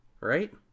right